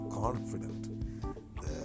confident